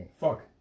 Fuck